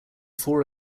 four